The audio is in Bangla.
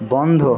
বন্ধ